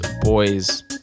boys